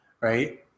right